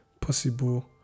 possible